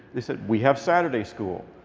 they said, we have saturday school.